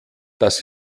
das